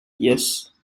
yes